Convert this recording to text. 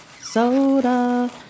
soda